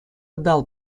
дал